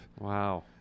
Wow